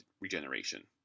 regeneration